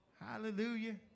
Hallelujah